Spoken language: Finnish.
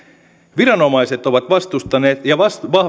viranomaiset ovat vastustaneet ja